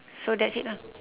so that's it lah